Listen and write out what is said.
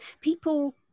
people